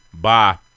Bye